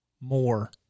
more